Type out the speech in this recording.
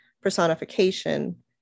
personification